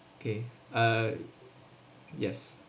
okay uh yes